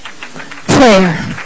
Prayer